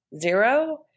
zero